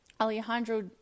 Alejandro